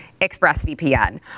ExpressVPN